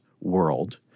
world